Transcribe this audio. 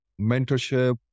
mentorship